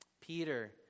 Peter